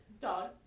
dog